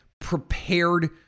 prepared